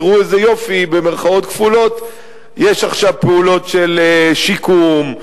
תראו "איזה יופי" יש עכשיו פעולות של שיקום,